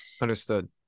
understood